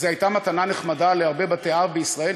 זו הייתה מתנה נחמדה להרבה בתי-אב בישראל.